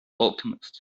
alchemist